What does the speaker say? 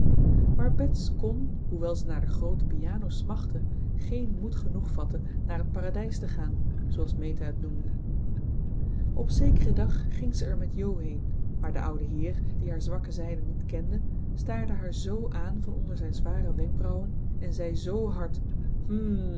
maar bets kon hoewel ze naar de groote piano smachtte geen moed genoeg vatten naar het paradijs te gaan zooals meta het noemde on zekeren dag ging ze er met jo heen maar de oude heer die haar zwakke zijde niet kende staarde haar z aan van onder zijn zware wenkbrauwen en zei z hard